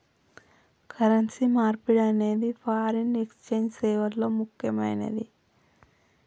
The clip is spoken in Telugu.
కరెన్సీ మార్పిడి అనేది ఫారిన్ ఎక్స్ఛేంజ్ సేవల్లో ముక్కెమైనది